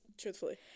Truthfully